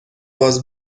was